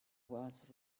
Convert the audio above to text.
words